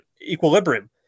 equilibrium